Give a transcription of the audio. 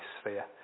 sphere